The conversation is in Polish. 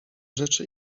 rzeczy